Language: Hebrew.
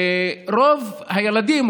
רוב הילדים,